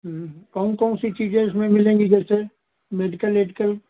कौन कौन सी चीजें उसमें मिलेगी जैसे मेडिकल एडिकल